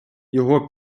його